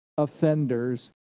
offenders